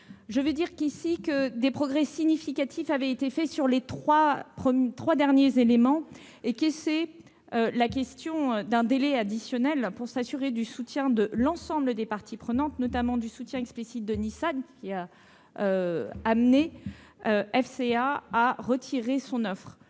Je veux dire ici que des progrès significatifs ont été faits sur les trois derniers éléments. C'est la question d'un délai additionnel pour s'assurer du soutien de l'ensemble des parties prenantes, notamment du soutien explicite de Nissan, qui a amené FCA à retirer son offre.